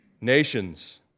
Nations